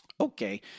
Okay